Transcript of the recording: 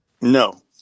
No